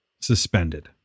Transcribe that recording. suspended